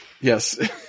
Yes